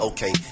Okay